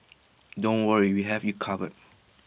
don't worry we have you covered